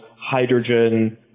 hydrogen